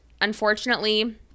unfortunately